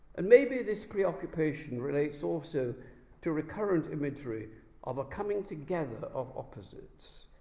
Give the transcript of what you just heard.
and maybe this preoccupation relates also to recurrent imagery of a coming together of opposites,